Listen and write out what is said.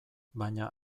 baina